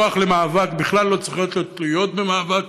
בכוח למאבק, בכלל לא צריכות להיות תלויות במאבק.